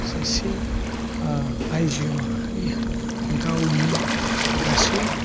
सासे आइजो माहारिया गावनि गासै